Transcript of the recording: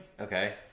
Okay